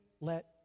let